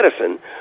medicine